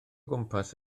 gwmpas